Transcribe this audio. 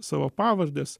savo pavardes